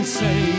say